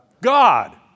God